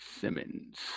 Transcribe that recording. simmons